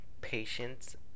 patience